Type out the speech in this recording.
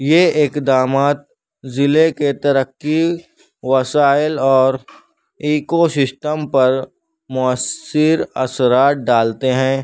یہ اقدامات ضلعے کے ترقی وسائل اور ایکو سسٹم پر مؤثر اثرات ڈالتے ہیں